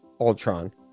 Ultron